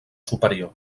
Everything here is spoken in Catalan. superior